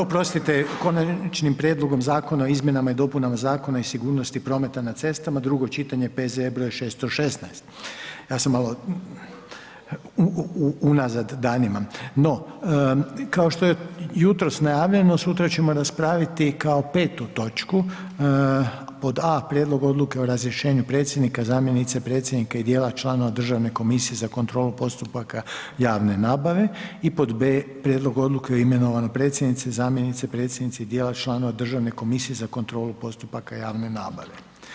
Oprostite, Konačnim prijedlogom Zakona o izmjenama i dopunama Zakona o sigurnosti prometa cestama, drugo čitanje, P.Z.E. br. 616, ja sam malo unazad danima, no kao što jutro najavljeno, sutra ćemo raspraviti kao 5. točku pod a) Prijedlog Odluke o razrješenju predsjednika, zamjenice predsjednika i djela članova Državne komisije za kontrolu postupaka javne nabave i pod b) Prijedlog odluke o imenovanju predsjednika, zamjenice predsjednika i djela članova Državne komisije za kontrolu postupaka javne nabave.